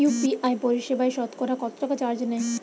UPI পরিসেবায় সতকরা কতটাকা চার্জ নেয়?